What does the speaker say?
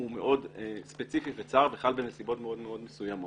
הוא מאוד ספציפי וצר וחל בנסיבות מאוד מאוד מסוימות.